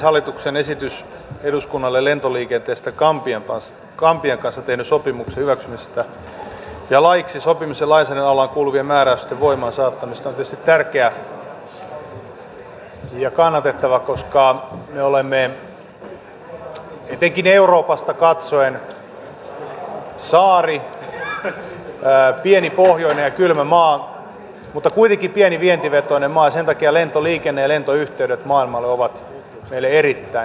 hallituksen esitys eduskunnalle lentoliikenteestä gambian kanssa tehdyn sopimuksen hyväksymisestä ja laiksi sopimuksen lainsäädännön alaan kuuluvien määräysten voimaansaattamisesta on tietysti tärkeä ja kannatettava koska me olemme etenkin euroopasta katsoen saari pieni pohjoinen ja kylmä maa mutta kuitenkin pieni vientivetoinen maa ja sen takia lentoliikenne ja lentoyhteydet maailmalle ovat meille erittäin tärkeitä